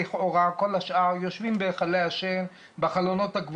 השאר יושבים בהיכלי השן הממוזגים.